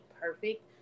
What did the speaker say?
perfect